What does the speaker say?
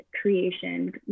creation